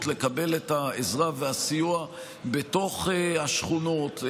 לקבל את העזרה והסיוע בתוך השכונות,